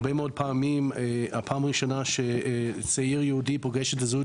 הרבה מאוד פעמים הפעם הראשונה שצעיר יהודי פוגש את הזהות